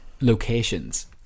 locations